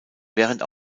während